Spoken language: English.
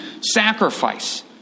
sacrifice